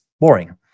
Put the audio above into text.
boring